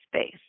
space